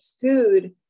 food